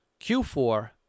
Q4